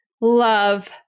love